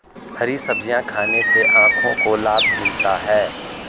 हरी सब्जियाँ खाने से आँखों को लाभ मिलता है